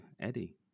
Eddie